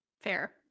Fair